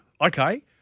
Okay